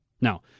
Now